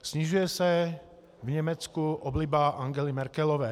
Snižuje se v Německu obliba Angely Merkelové.